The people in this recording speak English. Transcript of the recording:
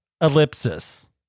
Ellipsis